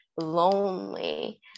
lonely